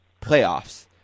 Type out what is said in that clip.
playoffs